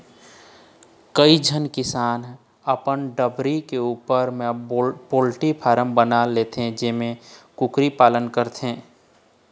कइझन किसान ह अपन डबरी के उप्पर म पोल्टी फारम बना लेथे जेमा कुकरी पालन करथे